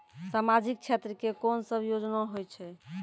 समाजिक क्षेत्र के कोन सब योजना होय छै?